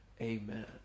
Amen